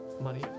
money